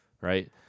right